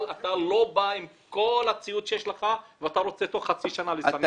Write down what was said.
אבל אתה לא בא עם כל הציוד שלך ואתה רוצה תוך חצי שנה לסמן אותו.